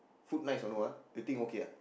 food nice or no ah you think okay ah